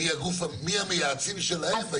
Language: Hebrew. מי המייעצים שלהם בהתמקצעות?